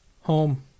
home